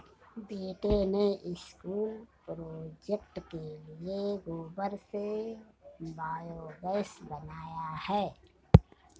बेटे ने school project के लिए गोबर से बायोगैस बनाया है